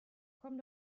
komm